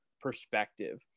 perspective